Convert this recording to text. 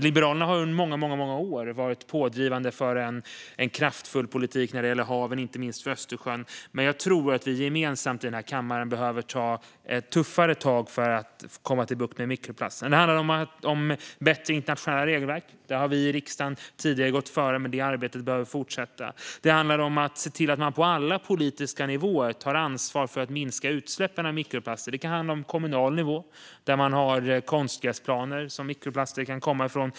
Liberalerna har under många år varit pådrivande för en kraftfull politik för haven, inte minst Östersjön, men jag tror att vi gemensamt i kammaren behöver ta tuffare tag för att få bukt med mikroplasterna. Det handlar om bättre internationella regelverk, och där har vi i riksdagen tidigare gått före. Det arbetet behöver fortsätta. Det handlar om att se till att man på alla politiska nivåer tar ansvar för att minska utsläppen av mikroplaster, till exempel på kommunal nivå. Där kan finnas konstgräsplaner som mikroplaster kan komma från.